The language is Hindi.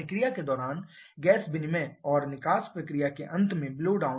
प्रक्रिया के दौरान गैस विनिमय और निकास प्रक्रिया के अंत में ब्लो डाउन